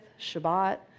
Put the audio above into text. Shabbat